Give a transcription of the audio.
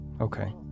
okay